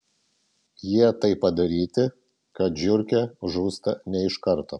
jie taip padaryti kad žiurkė žūsta ne iš karto